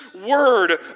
word